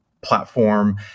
platform